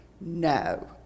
no